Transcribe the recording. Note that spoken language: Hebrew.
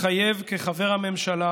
מתחייב כחבר הממשלה